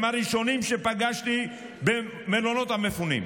הם הראשונים שפגשתי במלונות המפונים.